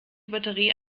batterie